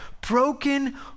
broken